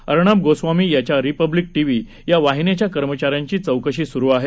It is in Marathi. अर्णब गोस्वामी यांच्या रिपब्लिक टीव्ही या वाहिनीच्या कर्मचाऱ्यांची चौकशी स्रु आहे